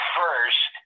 first